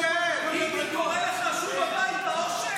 קורא לך: שוב הביתה, אושר.